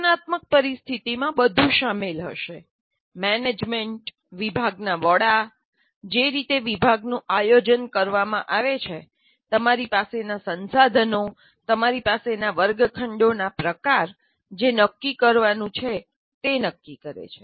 સૂચનાત્મક પરિસ્થિતિમાં બધું શામેલ હશે મેનેજમેન્ટ વિભાગના વડા જે રીતે વિભાગનું આયોજન કરવામાં આવે છે તમારી પાસેનાં સંસાધનો તમારી પાસેનાં વર્ગખંડોનાં પ્રકાર જે કરવાનું છે તે નક્કી કરે છે